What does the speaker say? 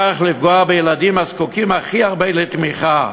כך לפגוע בילדים הזקוקים הכי הרבה לתמיכה,